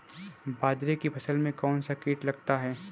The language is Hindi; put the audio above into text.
बाजरे की फसल में कौन सा कीट लगता है?